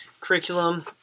curriculum